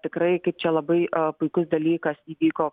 tikrai kaip čia labai puikus dalykas įvyko